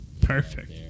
perfect